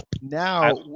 now